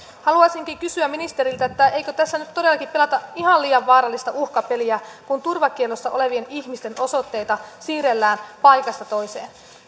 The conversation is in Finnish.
haluaisinkin kysyä ministeriltä eikö tässä nyt todellakin pelata ihan liian vaarallista uhkapeliä kun turvakiellossa olevien ihmisten osoitteita siirrellään paikasta toiseen